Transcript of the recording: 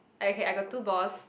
I okay I got two boss